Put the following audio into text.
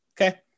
okay